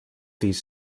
these